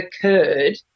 occurred